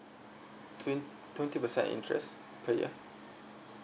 twen~ twenty percent interest per year